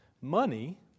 money